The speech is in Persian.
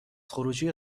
خروجی